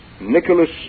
Nicholas